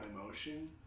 emotion